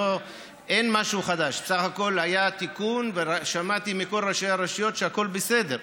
אין משהו חדש בסך הכול היה תיקון ושמעתי מכל ראשי הרשויות שהכול בסדר.